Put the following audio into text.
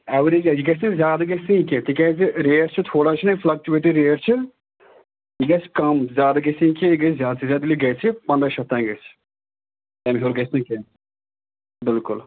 average اَسہِ گژھِ زیادٕ گژھِ سُے کیٚنہہ تِکیازِ ریٹ چھِ تھوڑا چھِنہ یہِ فٕلَکچُویٹٕے ریٹ چھِ یہِ گژھِ کَم زیادٕ گژھِ نہٕ یہِ کینٛہہ یہِ گژھِ زیادٕ سے زیادٕ ییٚلہِ گژھِ پنٛداہ شَتھ تام گژھِ تَمہِ ہیوٚر گژھِ نہٕ کینٛہہ بِلکُل